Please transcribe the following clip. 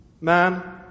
Man